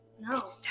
No